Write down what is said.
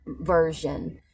Version